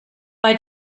bei